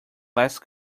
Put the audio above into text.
last